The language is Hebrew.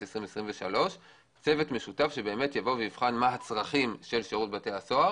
2023 צוות משותף שיבחן מה הצרכים של שירות בתי הסוהר